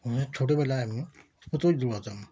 অনেক ছোটবেলায় আমি কতই দৌড়াতাম